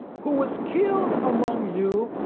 who was killed among you,